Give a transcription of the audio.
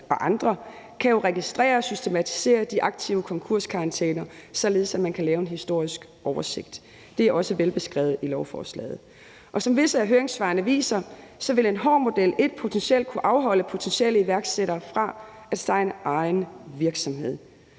og andre kan jo registrere og systematisere de aktive konkurskarantæner, således at man kan lave en historisk oversigt. Det er også velbeskrevet i lovforslaget. Som visse af høringssvarene viser, vil en hård model et potentielt kunne afholde potentielle iværksættere fra at starte egen virksomhed.